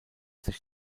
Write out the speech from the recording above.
sich